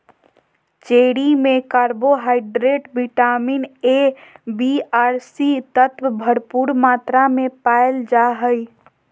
cherry में carbohydrate, vitamin A, B आर C तत्व भरपूर मात्रा में पायल जा हइ